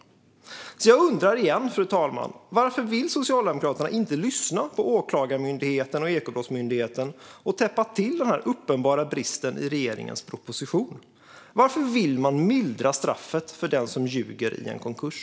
Fru talman! Jag undrar därför igen: Varför vill Socialdemokraterna inte lyssna på Åklagarmyndigheten och Ekobrottsmyndigheten och täppa till denna uppenbara brist i regeringens proposition? Varför vill de mildra straffet för den som ljuger i en konkurs?